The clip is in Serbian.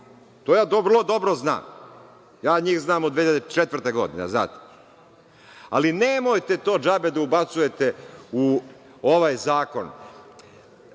To ja vrlo dobro znam. Ja njih znam od 2004. godine, ali nemojte to džabe da ubacujete u ovaj zakon. Kada